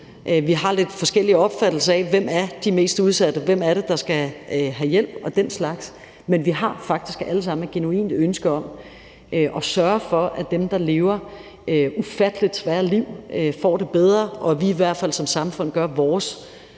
vi har lidt forskellige opfattelser af, hvem de mest udsatte er, og hvem det er, der skal have hjælp og den slags. Men vi har faktisk alle sammen et genuint ønske om at sørge for, at dem, der lever et ufattelig svært liv, får det bedre, og at vi i hvert fald som samfund gør vores